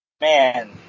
man